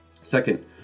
Second